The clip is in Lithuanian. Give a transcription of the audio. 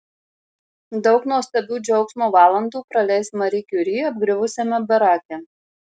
daug nuostabių džiaugsmo valandų praleis mari kiuri apgriuvusiame barake